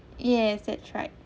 yes that's right